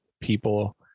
people